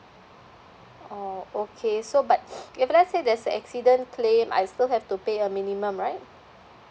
oh okay so but if let's say there's an accident claim I still have to pay a minimum right